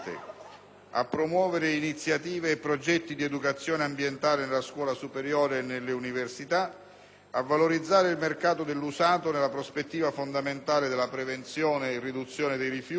a promuovere iniziative e progetti di educazione ambientale nella scuola superiore e nelle università, a valorizzare il mercato dell'usato nella prospettiva fondamentale della prevenzione e riduzione dei rifiuti,